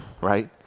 right